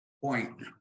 point